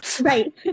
Right